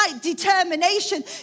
determination